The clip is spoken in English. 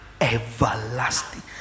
everlasting